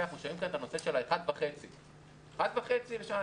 אנחנו שומעים כאן את הנושא של ה-1.5% לשנה 1.5% לשנה,